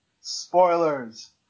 Spoilers